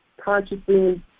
consciously